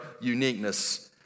uniqueness